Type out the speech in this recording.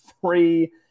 three